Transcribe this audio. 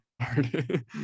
hard